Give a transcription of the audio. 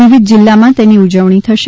વિવિધ જિલ્લામાં તેની ઉજવણી થશે